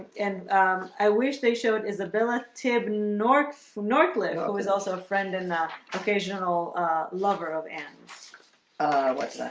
and i wish they showed isabella tib north from northland it was also a friend in the occasional lover of ends what's that?